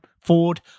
Ford